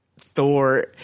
Thor